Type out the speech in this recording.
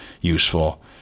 useful